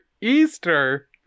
Easter